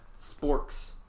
sporks